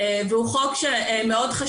והוא חוק שמאוד חשוב לנו.